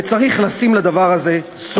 וצריך לשים לדבר הזה סוף.